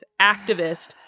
activist